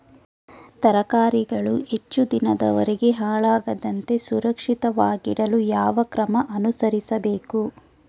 ತರಕಾರಿಗಳು ಹೆಚ್ಚು ದಿನದವರೆಗೆ ಹಾಳಾಗದಂತೆ ಸುರಕ್ಷಿತವಾಗಿಡಲು ಯಾವ ಕ್ರಮ ಅನುಸರಿಸಬೇಕು?